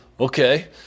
Okay